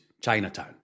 Chinatown